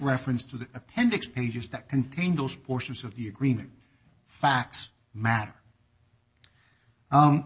reference to the appendix pages that contain those portions of the agreement facts matter